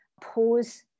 pause